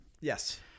Yes